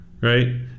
right